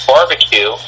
Barbecue